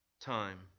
time